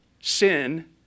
Sin